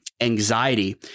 anxiety